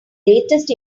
latest